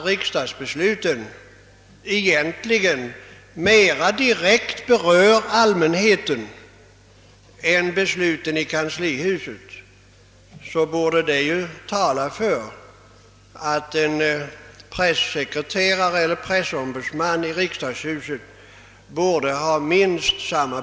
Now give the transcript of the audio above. Riksdagsbesluten berör egentligen allmänheten mera direkt än besluten i kanslihuset, vilket borde tala för att en pressekreterare eller pressombudsman i riksdagshuset vore av särskilt värde.